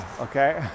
okay